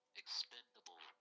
expendable